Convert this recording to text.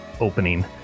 opening